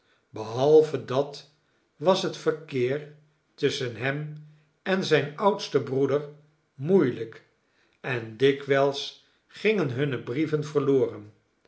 behalve dat was het verkeer tusschen hem en zijn oudsten broeder moeielijk en dikwijls gingen hunne brieven verloren